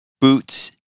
boots